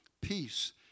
peace